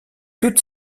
toutes